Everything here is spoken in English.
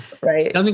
right